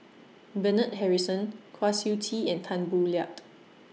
Bernard Harrison Kwa Siew Tee and Tan Boo Liat